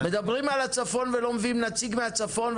מדברים על הצפון ולא מביאים נציג מהצפון,